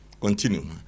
Continue